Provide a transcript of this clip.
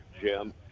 Jim